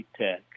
Tech